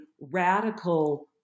radical